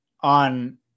on